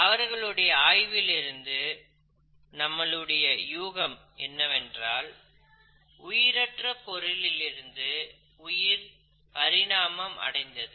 அவர்களுடைய ஆய்விலிருந்து நம்மளுடைய யூகம் என்னவென்றால் உயிரற்ற பொருளிலிருந்து உயிர் பரிணாமம் அடைந்தது